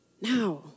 Now